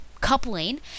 coupling